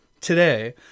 Today